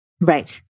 Right